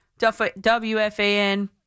WFAN